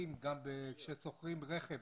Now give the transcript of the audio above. אומרים כששוכרים רכב,